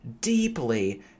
deeply